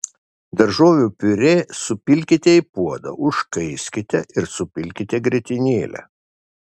daržovių piurė supilkite į puodą užkaiskite ir supilkite grietinėlę